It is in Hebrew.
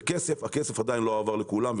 בכסף הכסף עדיין לא עבר לכולם,